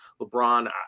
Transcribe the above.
LeBron